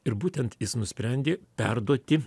ir būtent jis nusprendė perduoti